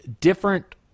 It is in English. different